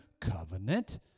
covenant